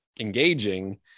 engaging